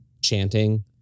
chanting